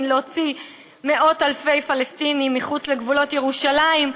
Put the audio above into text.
להוציא מאות אלפי פלסטינים מחוץ לגבולות ירושלים,